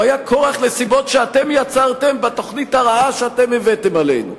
הוא היה כורח נסיבות שאתם יצרתם בתוכנית הרעה שאתם הבאתם עלינו.